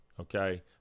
okay